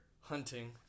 hunting